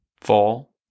fall